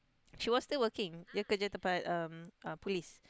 she was still working dia kerja tempat um police